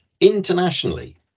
internationally